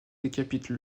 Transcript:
décapite